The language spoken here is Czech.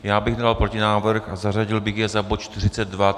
Já bych dal protinávrh a zařadil bych je za bod 42.